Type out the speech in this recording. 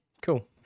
cool